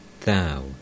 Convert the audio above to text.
Thou